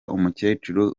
umukecuru